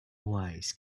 wise